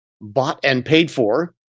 bought-and-paid-for